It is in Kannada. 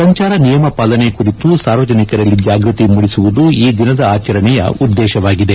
ಸಂಚಾರ ನಿಯಮ ಪಾಲನೆ ಕುರಿತು ಸಾರ್ವಜನಿಕರಲ್ಲಿ ಜಾಗೃತಿ ಮೂದಿಸುವುದು ಈ ದಿನದ ಆಚರಣೆಯ ಉದ್ದೇಶವಾಗಿದೆ